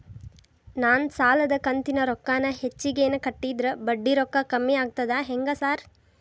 ನಾನ್ ಸಾಲದ ಕಂತಿನ ರೊಕ್ಕಾನ ಹೆಚ್ಚಿಗೆನೇ ಕಟ್ಟಿದ್ರ ಬಡ್ಡಿ ರೊಕ್ಕಾ ಕಮ್ಮಿ ಆಗ್ತದಾ ಹೆಂಗ್ ಸಾರ್?